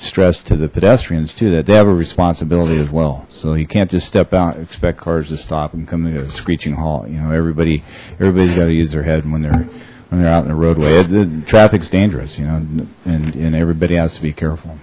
stress to the pedestrians too that they have a responsibility as well so you can't just step out and expect cars to stop and come to a screeching halt you know everybody everybody's got to use their head when they're when they're out in the roadway the traffic's dangerous you know and everybody has to be careful